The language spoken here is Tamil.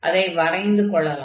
அதை வரைந்து கொள்ளலாம்